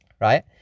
right